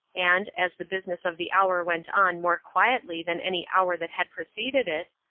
and, as the business of the hour went on more quietly than any hour that had preceded it,